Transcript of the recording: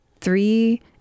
three